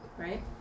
right